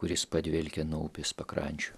kuris padvelkia nuo upės pakrančių